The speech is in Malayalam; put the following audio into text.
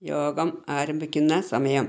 യോഗം ആരംഭിക്കുന്ന സമയം